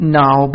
now